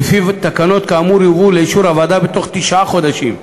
שלפיו תקנות כאמור יובאו לאישור הוועדה בתוך תשעה חודשים,